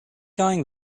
going